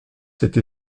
cette